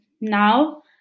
now